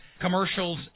commercials